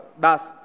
das